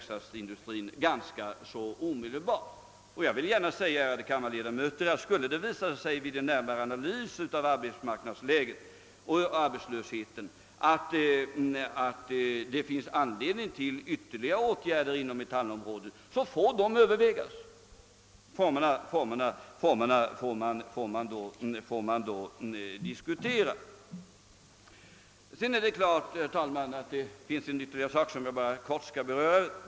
Skulle det, ärade kammarledamöter, vid en senare analys av arbetsmarknadsläget visa sig att det finns anledning till ytterligare åtgärder inom metallområdet, måste sådana övervägas. Formerna för dessa åtgärder får man ta upp till diskussion.